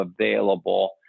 available